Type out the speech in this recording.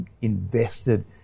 invested